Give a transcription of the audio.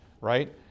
right